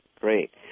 great